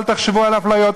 אל תחשבו על אפליות,